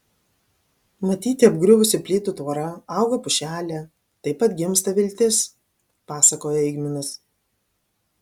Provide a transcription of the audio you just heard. matyti apgriuvusi plytų tvora auga pušelė taip atgimsta viltis pasakoja eigminas